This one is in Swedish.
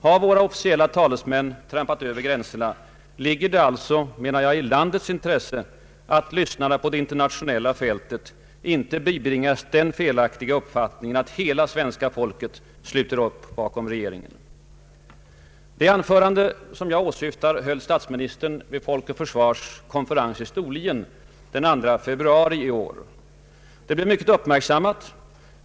Har våra officiella talesmän trampat över gränserna, ligger det alltså i landets intresse att lyssnarna på det internationelia fältet inte bibringas den felaktiga uppfattningen att hela svenska folket sluter upp bakom regeringen. Det anförande jag åsyftar höll statsministern vid Folk och Försvars konferens i Storlien den 2 februari i år. Det blev mycket uppmärksammat.